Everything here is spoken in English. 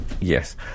yes